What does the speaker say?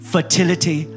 Fertility